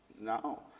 No